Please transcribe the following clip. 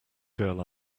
girl